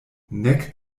nek